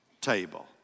table